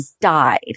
died